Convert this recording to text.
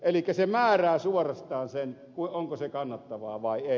elikkä se määrää suorastaan sen onko se kannattavaa vai ei